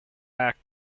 act